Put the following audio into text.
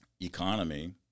economy